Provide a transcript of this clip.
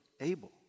Abel